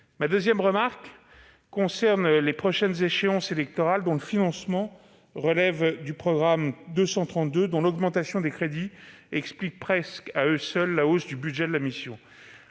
Ma deuxième remarque concerne les prochaines échéances électorales, dont le financement relève du programme 232. L'augmentation des crédits de ce programme explique, presque à elle seule, la hausse du budget de la mission.